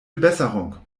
besserung